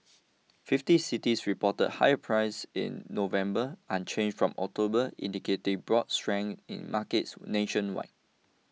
fifty cities reported higher prices in November unchanged from October indicating broad strength in markets nationwide